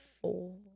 four